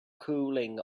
cooling